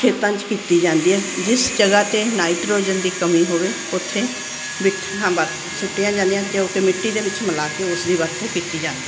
ਖੇਤਾਂ 'ਚ ਕੀਤੀ ਜਾਂਦੀ ਹੈ ਜਿਸ ਜਗ੍ਹਾ 'ਤੇ ਨਾਈਟਰੋਜਨ ਦੀ ਕਮੀ ਹੋਵੇ ਉੱਥੇ ਬਿੱਠਾ ਵਰਤੀਆਂ ਸੁੱਟੀਆਂ ਜਾਂਦੀਆਂ ਹਨ ਕਿਉਂਕਿ ਮਿੱਟੀ ਦੇ ਵਿੱਚ ਮਿਲਾ ਕੇ ਉਸ ਦੀ ਵਰਤੋਂ ਕੀਤੀ ਜਾਂਦੀ ਹੈ